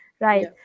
Right